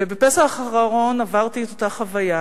ובפסח האחרון עברתי את אותה חוויה,